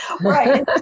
Right